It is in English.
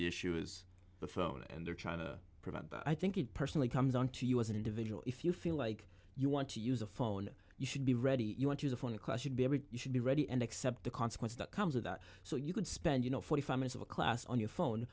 issue is the phone and they're trying to prevent but i think it personally comes down to you as an individual if you feel like you want to use a phone you should be ready you want you to phone a question you should be ready and accept the consequences that comes with that so you could spend you know forty five minutes of a class on your phone